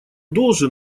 должен